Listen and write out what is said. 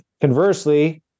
Conversely